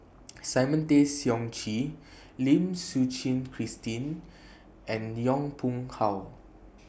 Simon Tay Seong Chee Lim Suchen Christine and Yong Pung How